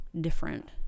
different